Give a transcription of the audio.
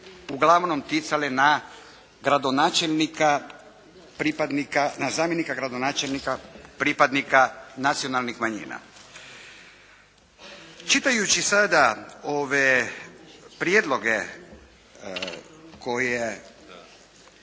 pripadnika, na zamjenika gradonačelnika, pripadnika nacionalnih manjina. Čitajući sada ove prijedloge koje